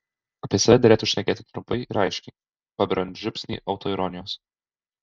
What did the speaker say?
apie save derėtų šnekėti trumpai ir aiškiai paberiant žiupsnį autoironijos